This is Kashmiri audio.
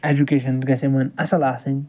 ایٚجوٗکیشَن گژھہِ یِمَن اصٕل آسٕنۍ